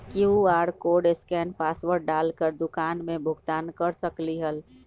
QR code scan password डाल कर दुकान में भुगतान कर सकलीहल?